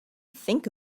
think